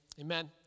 Amen